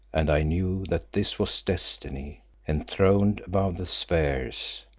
and i knew that this was destiny enthroned above the spheres.